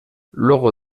luego